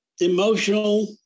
emotional